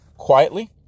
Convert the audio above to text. quietly